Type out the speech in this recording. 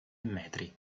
metri